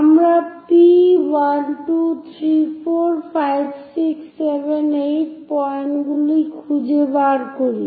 আমরা P 1 2 3 4 5 6 7 8 পয়েন্টগুলি খুঁজে বের করি